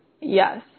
Yes